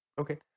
okay